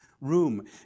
room